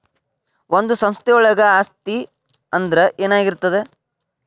ಒಂದು ಸಂಸ್ಥೆಯೊಳಗ ಆಸ್ತಿ ಅಂದ್ರ ಏನಾಗಿರ್ತದ?